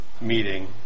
meeting